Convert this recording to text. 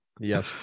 yes